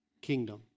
kingdom